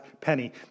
penny